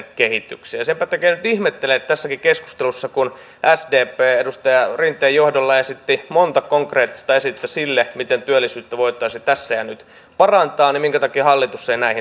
senpä takia nyt ihmettelen että vaikka tässäkin keskustelussa sdp edustaja rinteen johdolla esitti monta konkreettista esitystä sille miten työllisyyttä voitaisiin tässä ja nyt parantaa niin minkä takia hallitus ei näihin tartu